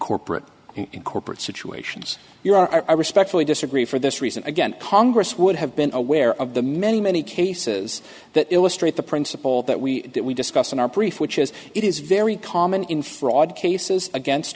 corporate in corporate situations you are i respectfully disagree for this reason again congress would have been aware of the many many cases that illustrate the principle that we that we discussed in our brief which is it is very common in fraud cases against